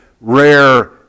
rare